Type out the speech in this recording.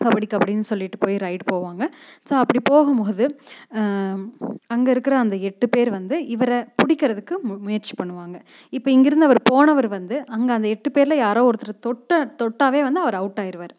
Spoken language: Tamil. கபடி கபடின்னு சொல்லிவிட்டு போய் ரைய்டு போவாங்க ஸோ அப்படி போகும் போது அங்கே இருக்கிற அந்த எட்டு பேர் வந்து இவரை பிடிக்கிறதுக்கு முயற்சி பண்ணுவாங்க இப்போ இங்கேருந்து அவர் போனவர் வந்து அங்கே அந்த எட்டு பேரில் யாரோ ஒருத்தரை தொட்டு தொட்டாவே வந்து அவர் அவுட் ஆயிடுவார்